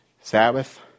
Sabbath